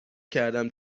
کردم